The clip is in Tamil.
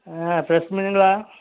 ஆ ஃப்ரெஷ் மீன்களா